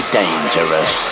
Dangerous